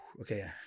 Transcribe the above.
okay